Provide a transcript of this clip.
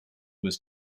was